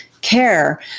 care